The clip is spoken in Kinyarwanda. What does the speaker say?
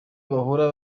bahora